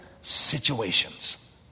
situations